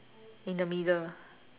in the middle